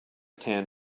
tan